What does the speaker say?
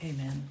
Amen